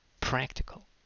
practical